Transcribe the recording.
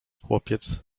chłopiec